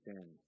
sin